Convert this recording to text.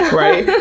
right?